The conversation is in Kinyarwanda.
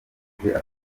afurika